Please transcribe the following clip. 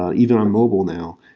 ah either on mobile now,